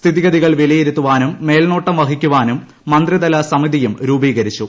സ്ഥിതിഗതികൾ വിലയിരുത്താനും മേൽനോട്ടം വഹിക്കുവാനും മന്ത്രിതല സമിതിയും രുപീകരിച്ചു